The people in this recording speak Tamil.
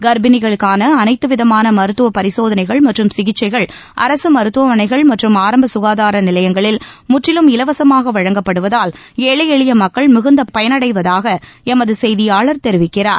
கர்ப்பிணிகளுக்கான அனைத்து விதமான மருத்துவப் பரிசோதனைகள் மற்றும் சிகிச்சைகள் அரசு மருத்துவமனைகள் மற்றும் ஆரம்ப சுகாதார நிலையங்களில் முற்றிலும் இலவசமாக வழங்கப்படுவதால் ஏழை எளிய மக்கள் மிகுந்த பயனடைவதாக எமது செய்தியாளர் தெரிவிக்கிறார்